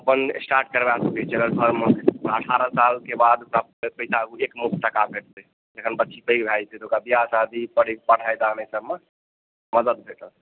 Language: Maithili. अपन स्टार्ट करबा सकै छी अगर घरमे अठारह साल के बाद पैसा एकमुश्त टका भेटतै जखन बच्चा पैघ भऽ जेतै ओकर ओकर ब्याह शादी पढाई ईसभमे मदद भेटत